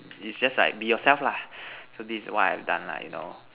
is just like be yourself lah so this is what I've done lah you know